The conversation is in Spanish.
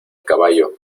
caballo